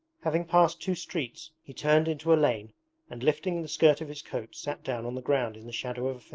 having passed two streets he turned into a lane and lifting the skirt of his coat sat down on the ground in the shadow of a